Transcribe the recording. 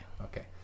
Okay